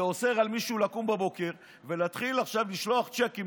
שאוסר על מישהו לקום בבוקר ולהתחיל עכשיו לשלוח צ'קים,